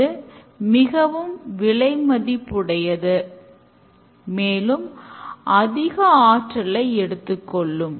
எனவே நல்ல திறமையான மனிதர்கள் எஸ்ட்ரீம் புரோகிராமிற்கு தேவைப்படுகிறார்கள்